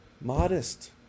modest